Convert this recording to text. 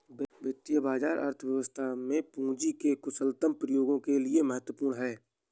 वित्तीय बाजार अर्थव्यवस्था में पूंजी के कुशलतम प्रयोग के लिए महत्वपूर्ण है